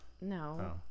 no